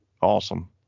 awesome